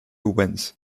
wins